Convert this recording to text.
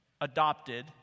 adopted